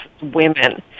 women